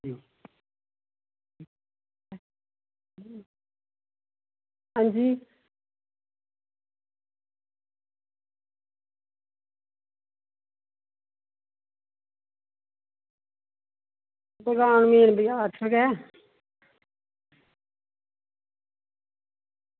हां जी दकान मेन बजार च गै